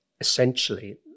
essentially